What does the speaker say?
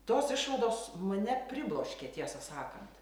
tos išvados mane pribloškė tiesą sakant